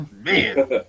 Man